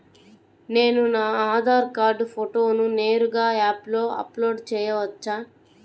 నేను నా ఆధార్ కార్డ్ ఫోటోను నేరుగా యాప్లో అప్లోడ్ చేయవచ్చా?